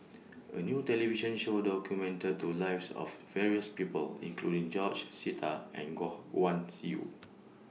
A New television Show documented to Lives of various People including George Sita and Goh Guan Siew